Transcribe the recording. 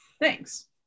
thanks